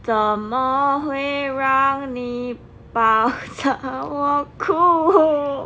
怎么会让你抱着我哭